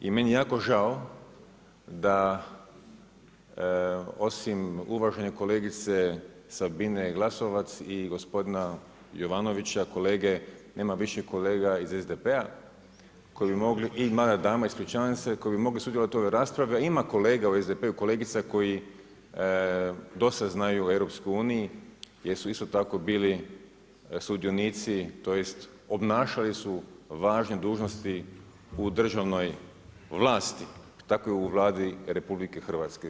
I meni je jako žao da osim uvažene kolegice Sabine Glasovac i gospodina Jovanovića, kolege, nema više kolega iz SDP-a koji bi mogli i mlada dama, ispričavam se, koji bi mogli sudjelovati u ovoj raspravi a ima kolega u SDP-u, kolegica koji dosta znaju u EU jer su isto tako bili sudionici, tj. obnašali su važne dužnosti u državnoj vlasti, tako i u Vladi RH.